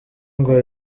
ngo